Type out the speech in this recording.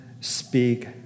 speak